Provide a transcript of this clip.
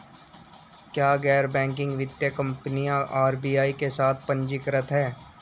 क्या गैर बैंकिंग वित्तीय कंपनियां आर.बी.आई के साथ पंजीकृत हैं?